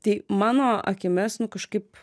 tai mano akimis nu kažkaip